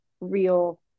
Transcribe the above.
real